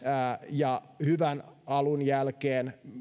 ja hyvän alun jälkeen